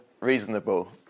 reasonable